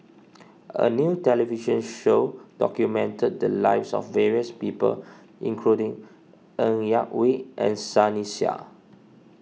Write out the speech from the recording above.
a new television show documented the lives of various people including Ng Yak Whee and Sunny Sia